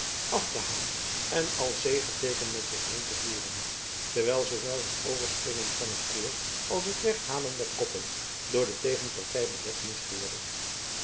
af te halen en als zegeteeken met zich heen te voeren terwijl zoowel het overspringen van het koord als het weghalen der koppen door de tegenpartij belet moest worden